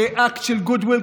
כאקט של good will,